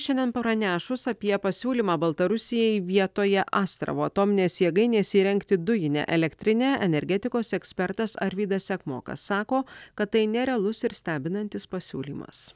šiandien pranešus apie pasiūlymą baltarusijai vietoje astravo atominės jėgainės įrengti dujinę elektrinę energetikos ekspertas arvydas sekmokas sako kad tai nerealus ir stebinantis pasiūlymas